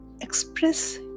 express